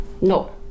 No